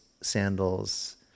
sandals